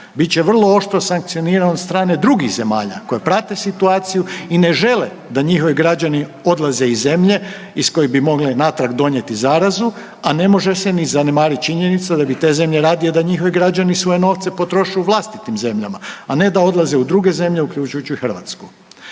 će vrlo oštro sankcioniran od strane drugih zemalja koje prate situaciju i ne žele da njihovi građani odlaze iz zemlje iz kojih bi mogli natrag donijeti zarazu, a ne može se ni zanemariti činjenica da bi te zemlje radije da njihovi građani svoje novce potroše u vlastitim zemljama, a ne da odlaze u druge zemlje, uključujući i Hrvatsku.